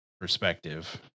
Perspective